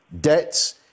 debts